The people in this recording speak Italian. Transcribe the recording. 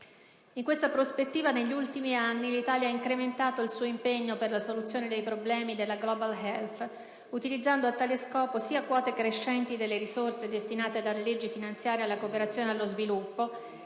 In questa prospettiva, negli ultimi anni l'Italia ha incrementato il suo impegno per la soluzione dei problemi della *Global Health*, utilizzando a tale scopo sia quote crescenti delle risorse destinate dalle leggi finanziarie alla cooperazione allo sviluppo,